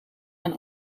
aan